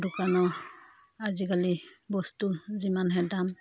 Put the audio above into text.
দোকানৰ আজিকালি বস্তু যিমানহে দাম